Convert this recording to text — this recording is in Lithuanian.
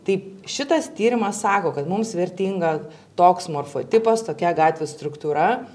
tai šitas tyrimas sako kad mums vertinga toks morfotipas tokia gatvių struktūra